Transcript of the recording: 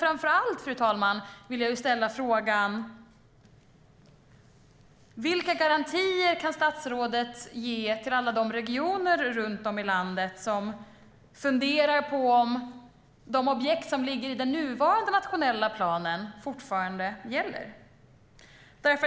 Framför allt vill jag ställa frågan: Vilka garantier kan statsrådet ge till alla de regioner runt om i landet som funderar på om de objekt som ligger i den nuvarande nationella planen fortfarande gäller?